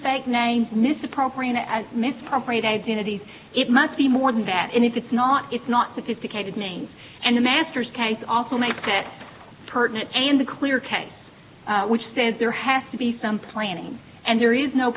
fake names misappropriate misappropriate identities it must be more than that and if it's not it's not sophisticated names and the masters case also make it pertinent and a clear case which says there has to be some planning and there is no